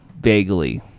vaguely